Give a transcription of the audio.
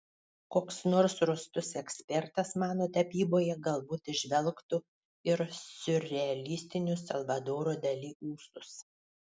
koks nors rūstus ekspertas mano tapyboje galbūt įžvelgtų ir siurrealistinius salvadoro dali ūsus